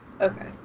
Okay